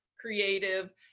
creative